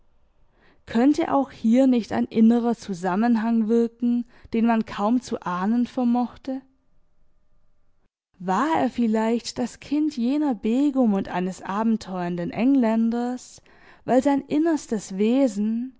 könnte auch hier nicht ein innerer zusammenhang wirken den man kaum zu ahnen vermochte war er vielleicht das kind jener begum und eines abenteuernden engländers weil sein innerstes wesen